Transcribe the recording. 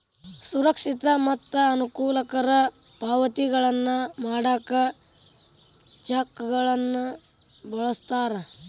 ಸುರಕ್ಷಿತ ಮತ್ತ ಅನುಕೂಲಕರ ಪಾವತಿಗಳನ್ನ ಮಾಡಾಕ ಚೆಕ್ಗಳನ್ನ ಬಳಸ್ತಾರ